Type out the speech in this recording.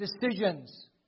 decisions